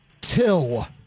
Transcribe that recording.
till